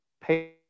pay